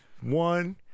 one